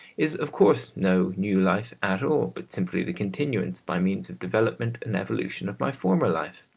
is of course no new life at all, but simply the continuance, by means of development, and evolution, of my former life.